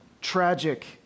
Tragic